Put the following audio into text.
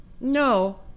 No